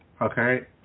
Okay